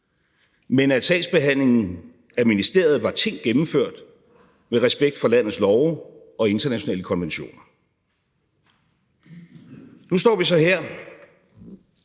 men at sagsbehandlingen af ministeriet var tænkt gennemført med respekt for landets love og internationale konventioner. Nu står vi så her.